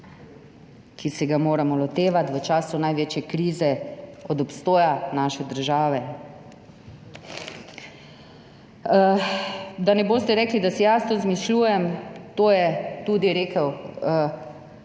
ki se ga moramo lotevati v času največje krize od obstoja naše države. Da ne boste rekli, da si jaz to izmišljujem, to je rekel tudi